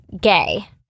gay